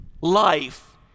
life